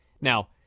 Now